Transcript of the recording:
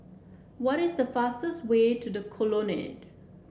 what is the fastest way to The Colonnade